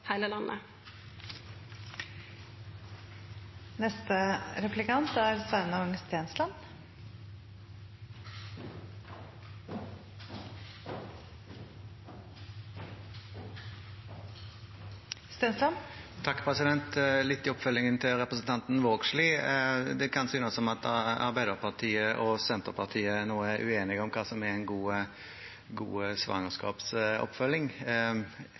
heile landet. Litt oppfølging til representanten Vågslid: Det kan synes som at Arbeiderpartiet og Senterpartiet nå er uenig om hva som er god